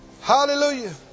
Hallelujah